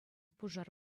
пушар